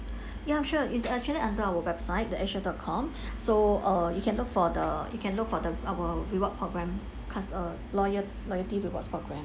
ya I'm sure it's actually under our website the asia dot com so err you can look for the you can look for the our reward program cust~ err loyal loyalty rewards program